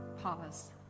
Pause